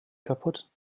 kaputt